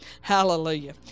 Hallelujah